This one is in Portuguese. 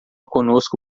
conosco